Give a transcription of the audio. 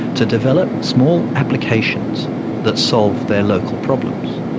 to develop small applications that solve their local problems.